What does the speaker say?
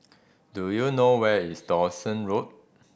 do you know where is Dawson Road